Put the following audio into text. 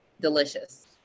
Delicious